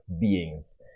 beings